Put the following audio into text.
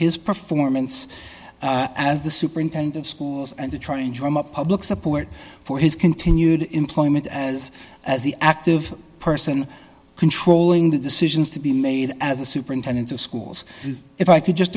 his performance as the superintendent of schools and the trying to drum up public support for his continued employment as as the active person controlling the decisions to be made as a superintendent of schools if i could just